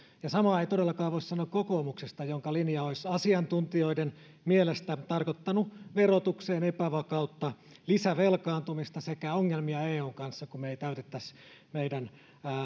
mutta samaa ei todellakaan voi sanoa kokoomuksesta jonka linja olisi asiantuntijoiden mielestä tarkoittanut verotukseen epävakautta lisävelkaantumista sekä ongelmia eun kanssa kun me emme täyttäisi meidän